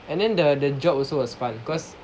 and then the job also was fun because